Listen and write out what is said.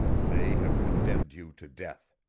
they have condemned you to death.